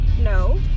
No